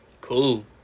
Cool